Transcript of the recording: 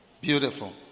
Beautiful